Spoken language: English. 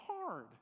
hard